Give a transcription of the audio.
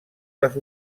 les